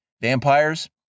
Vampires